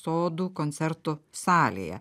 sodų koncertų salėje